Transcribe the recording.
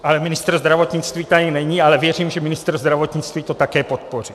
Ale ministr zdravotnictví tady není, ale věřím, že ministr zdravotnictví to také podpoří.